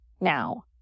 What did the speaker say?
now